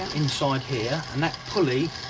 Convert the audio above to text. inside here and that pulley